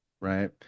Right